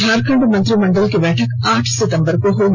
झारखंड मंत्रिमंडल की बैठक आठ सितंबर को होगी